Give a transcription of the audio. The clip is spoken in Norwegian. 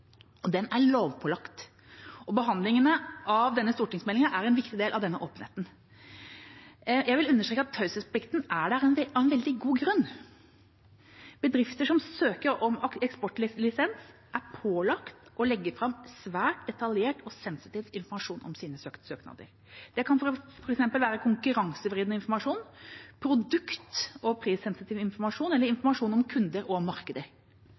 den er altså lovpålagt. Behandlingen av denne stortingsmeldinga er en viktig del av denne åpenheten. Jeg vil understreke at taushetsplikten er der av en veldig god grunn. Bedrifter som søker om eksportlisens, er pålagt å legge fram svært detaljert og sensitiv informasjon om sine søknader. Det kan f.eks. være konkurransevridende informasjon, produkt- og prissensitiv informasjon eller informasjon om kunder og